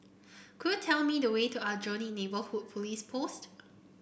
could you tell me the way to Aljunied Neighbourhood Police Post